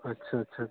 अच्छा अच्छा